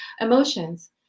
emotions